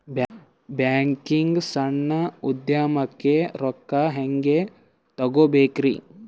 ಬ್ಯಾಂಕ್ನಾಗ ಸಣ್ಣ ಉದ್ಯಮಕ್ಕೆ ರೊಕ್ಕ ಹೆಂಗೆ ತಗೋಬೇಕ್ರಿ?